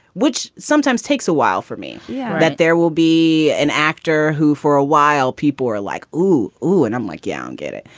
which sometimes takes a while for me that there will be an actor who for a while people were like, woo, woo. and i'm like, you yeah and get it.